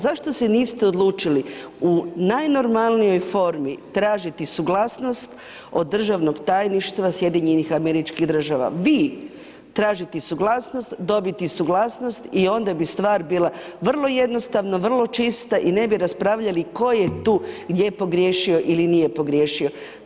Zašto se niste odlučili u najnormalnijoj formi tražiti suglasnost od državnog tajništva SAD-a vi tražiti suglasnost, dobiti suglasnost i onda bi stvar bila vrlo jednostavna, vrlo čista i ne bi raspravljali tko je tu gdje pogriješio ili nije pogriješio?